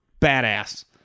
badass